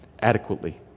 adequately